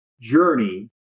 journey